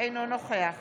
אינו נוכח